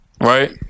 right